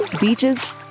beaches